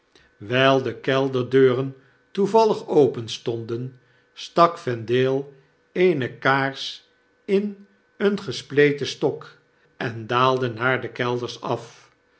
de kelderdeuren toevallig openstonden stak vendale eene kaars in een gespleten stok en daalde naar de kelders af